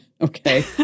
Okay